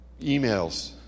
emails